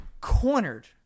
cornered